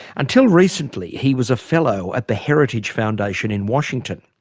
until recently he was a fellow at the heritage foundation in washington.